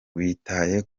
witaye